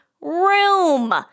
room